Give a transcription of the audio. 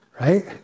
right